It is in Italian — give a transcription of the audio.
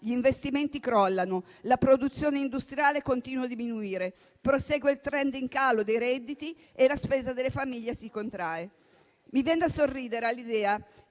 gli investimenti crollano, la produzione industriale continua a diminuire, prosegue il *trend* in calo dei redditi e la spesa delle famiglie si contrae. Mi viene da sorridere all'idea